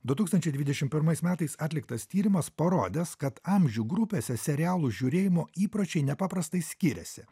du tūkstančiai dvidešim pirmais metais atliktas tyrimas parodęs kad amžių grupėse serialų žiūrėjimo įpročiai nepaprastai skiriasi